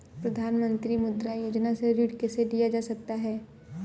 प्रधानमंत्री मुद्रा योजना से ऋण कैसे लिया जा सकता है?